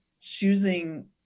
choosing